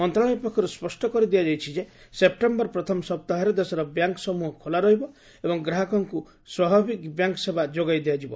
ମନ୍ତ୍ରଣାଳୟ ପକ୍ଷରୁ ସ୍ୱଷ୍ଟ କରିଦିଆଯାଇଛି ଯେ ସେପ୍ଟେମ୍ବର ପ୍ରଥମ ସପ୍ତାହରେ ଦେଶର ବ୍ୟାଙ୍କ୍ସମ୍ଭହ ଖୋଲା ରହିବ ଏବଂ ଗ୍ରାହକଙ୍କୁ ସ୍ୱାଭାବିକ ବ୍ୟାଙ୍କ୍ ସେବା ଯୋଗାଇ ଦିଆଯିବ